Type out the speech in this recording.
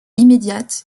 immédiate